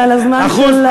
זה על הזמן של הדובר הבא.